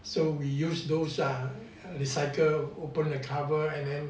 so we use those ah recycle open the cover and then